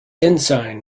ensign